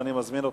ואני מזמין אותך,